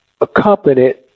accompanied